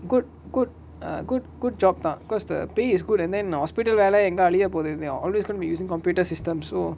good good ah good good job தா:tha cause the pay is good and then the hospital வேல எங்க அழிய போகுது:vela enga aliya pokuthu then always gonna be using computer systems so